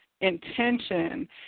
intention